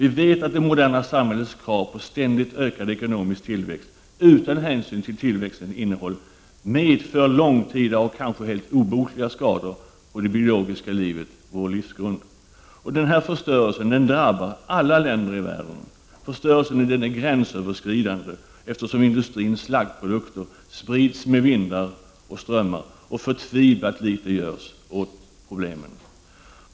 Vi vet att det moderna samhällets krav på ständigt ökad ekonomisk tillväxt utan hänsyn till tillväxtens innehåll medför långtida och kanske helt obotliga skador på det biologiska livet, vår livsgrund. Förstörelsen drabbar alla länder i världen. Förstörelsen är gränsöverskridande eftersom industrins slaggprodukter sprids med vindar och strömmar. Förtvivlat litet görs för att angripa problemen.